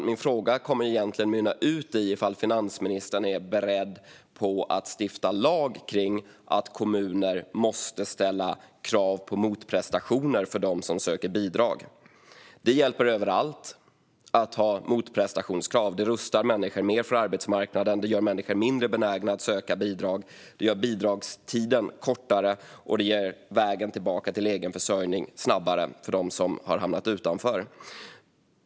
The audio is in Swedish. Min fråga kommer att mynna ut i huruvida finansministern är beredd att lagstifta om att kommuner måste ställa krav på motprestationer för dem som söker bidrag. Det hjälper överallt att ha motprestationskrav. Det rustar människor mer för arbetsmarknaden, gör människor mindre benägna att söka bidrag och gör bidragstiden kortare och vägen tillbaka till egen försörjning snabbare för dem som har hamnat utanför.